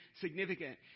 significant